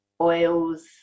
oils